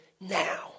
now